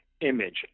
image